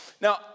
Now